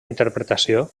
interpretació